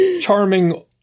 charming